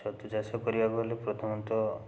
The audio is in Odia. ଛତୁଚାଷ କରିବାକୁ ଗଲେ ପ୍ରଥମତଃ